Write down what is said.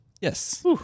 Yes